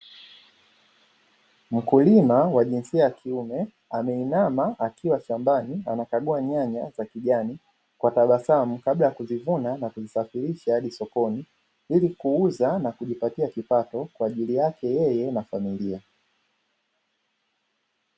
Mkulima wa jinsia ya kiume ameinama akiwa shambani anakagua nyanya za kijani kwa tabasam kabla ya kuzivuna na kusafirisha sokoni, ili kuuza na kujipatia kipato kwaajili yake yeye na familia.